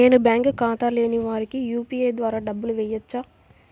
నేను బ్యాంక్ ఖాతా లేని వారికి యూ.పీ.ఐ ద్వారా డబ్బులు వేయచ్చా?